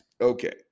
Okay